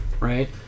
Right